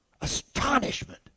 astonishment